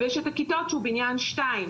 ויש את הכיתות שהם בבניין שני.